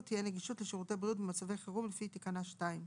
תהיה נגישות לשירותי בריאות במצבי חירום לפי תקנה 2,